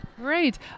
Great